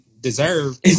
deserve